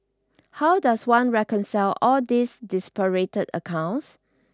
how does one reconcile all these disparate accounts